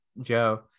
joe